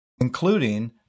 including